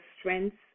strengths